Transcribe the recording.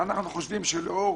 אנחנו חושבים שלאור